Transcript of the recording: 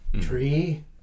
tree